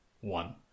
one